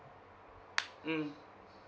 mm